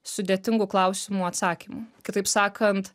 sudėtingų klausimų atsakymų kitaip sakant